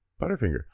Butterfinger